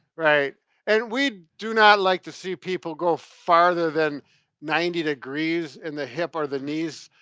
right and we do not like to see people go farther than ninety degrees in the hip or the knees.